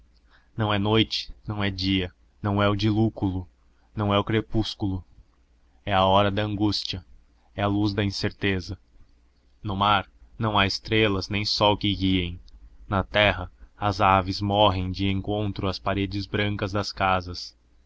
não é noite não é dia não é o dilúculo não é o crepúsculo é a hora da angústia é a luz da incerteza no mar não há estrelas nem sol que guiem na terra as aves morrem de encontro às paredes brancas das casas